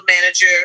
manager